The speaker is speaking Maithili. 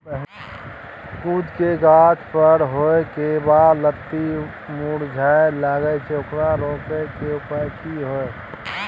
कद्दू के गाछ बर होय के बाद लत्ती मुरझाय लागे छै ओकरा रोके के उपाय कि होय है?